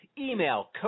Email